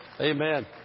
Amen